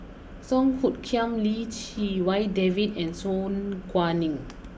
Song Hoot Kiam Lim Chee Wai David and Su Guaning